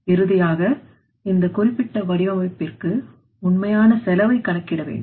இறுதியாக இந்த குறிப்பிட்ட வடிவமைப்பிற்கு உண்மையான செலவை கணக்கிட வேண்டும்